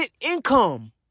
income